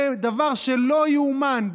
זה דבר שלא יאומן,